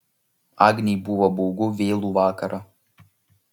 agnei buvo baugu vėlų vakarą